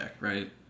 right